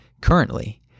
Currently